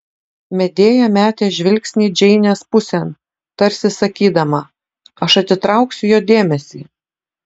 medėja metė žvilgsnį džeinės pusėn tarsi sakydama aš atitrauksiu jo dėmesį